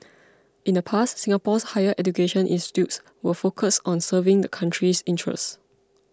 in the past Singapore's higher education institutions were focused on serving the country's interests